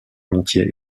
volontiers